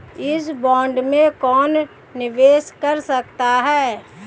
इस बॉन्ड में कौन निवेश कर सकता है?